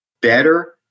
better